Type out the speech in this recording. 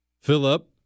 Philip